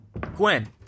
Gwen